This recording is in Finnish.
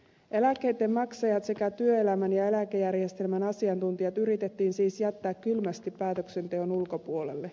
eläkkeitten maksajat sekä työelämän ja eläkejärjestelmän asiantuntijat yritettiin siis jättää kylmästi päätöksenteon ulkopuolelle